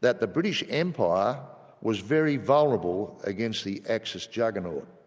that the british empire was very vulnerable against the axis juggernaut.